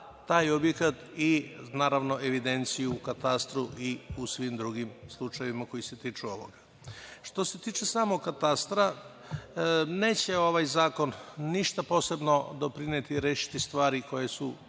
taj objekat i naravno, evidenciju u Katastru i u svim drugim slučajevima koji se tiču ovoga. Što se tiče samog Katastra, neće ovaj zakon ništa posebno doprineti i rešiti stvari koje su